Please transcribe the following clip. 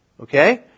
okay